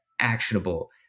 actionable